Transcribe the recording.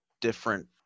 different